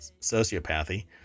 sociopathy